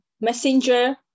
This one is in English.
messenger